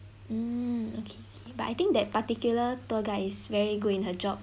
mm okay okay but I think that particular tour guide is very good in her job